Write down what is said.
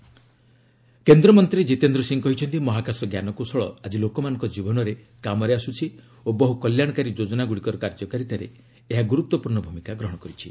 ଜୀତେନ୍ଦ ବିଜ୍ଞାନ ସମାଗମ କେନ୍ଦ୍ରମନ୍ତ୍ରୀ ଜୀତେନ୍ଦ୍ର ସିଂହ କହିଛନ୍ତି ମହାକାଶ ଜ୍ଞାନକୌଶଳ ଆଜି ଲୋକମାନଙ୍କ କୀବନରେ କାମରେ ଆସୁଛି ଓ ବହୁ କଲ୍ୟାଣକାରୀ ଯୋଜନାଗୁଡ଼ିକର କାର୍ଯ୍ୟକାରିତାରେ ଏହା ଗୁରୁତ୍ୱପୂର୍ଷ ଭୂମିକା ଗ୍ରହଣ କରିଛି